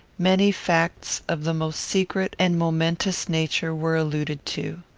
many facts of the most secret and momentous nature were alluded to.